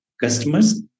customers